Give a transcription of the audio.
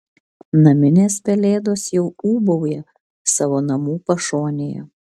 naminės pelėdos jau ūbauja savo namų pašonėje